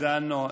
זה הנוהל.